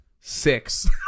six